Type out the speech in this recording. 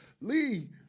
Lee